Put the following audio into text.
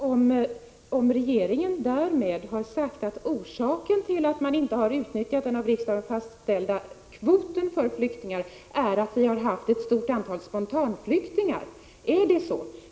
Herr talman! Jag skulle vilja fråga Wivi-Anne Cederqvist om regeringen därmed har sagt att orsaken till att den av riksdagen fastställda kvoten för flyktingar inte har utnyttjats är att det har kommit ett stort antal spontanflyktingar.